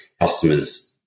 customers